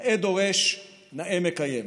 נאה דורש, נאה מקיים.